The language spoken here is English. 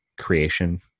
creation